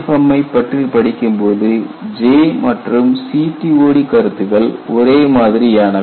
EPFM ஐ பற்றி படிக்கும்போது J மற்றும் CTOD கருத்துக்கள் ஒரே மாதிரியானவை